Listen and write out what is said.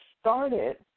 started